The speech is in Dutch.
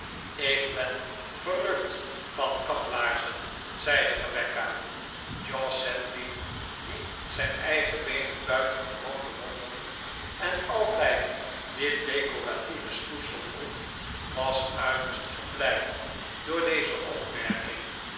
ik ben verrukt van kaplaarzen zeide rebecca jos sedley die zijn eigen beenen buitengewoon bewonderde en altijd dit decoratieve schoeisel droeg was uiterst gevleid door deze opmerking